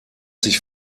sich